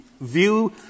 view